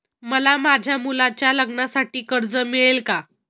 मला माझ्या मुलाच्या लग्नासाठी कर्ज मिळेल का?